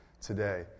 today